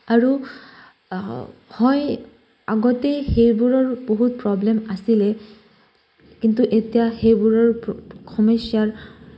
আৰু হয় আগতেই সেইবোৰৰ বহুত প্ৰব্লেম আছিলে কিন্তু এতিয়া সেইবোৰৰ সমস্যাৰ